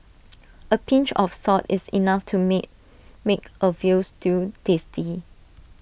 A pinch of salt is enough to make make A Veal Stew tasty